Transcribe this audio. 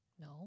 No